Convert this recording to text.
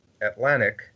Atlantic